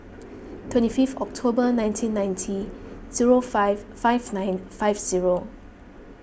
twenty fifth October nineteen ninety zero five five nine five zero